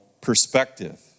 perspective